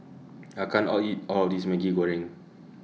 I can't All eat All of This Maggi Goreng